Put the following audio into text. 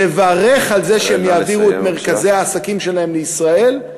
לברך על זה שהם יעבירו את מרכזי העסקים שלהם לישראל,